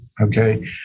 okay